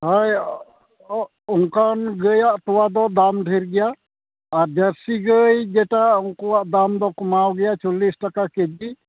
ᱦᱳᱭ ᱚᱱᱠᱟᱱ ᱜᱟᱹᱭᱟᱜ ᱛᱳᱣᱟ ᱫᱚ ᱫᱟᱢ ᱰᱷᱮᱨ ᱜᱮᱭᱟ ᱟᱨ ᱡᱟᱹᱨᱥᱤ ᱜᱟᱹᱭ ᱡᱮᱴᱟ ᱩᱱᱠᱩᱣᱟᱜ ᱫᱟᱢ ᱫᱚ ᱠᱚᱢᱟᱣ ᱜᱮᱭᱟ ᱪᱚᱞᱞᱤᱥ ᱴᱟᱠᱟ ᱠᱮᱡᱤ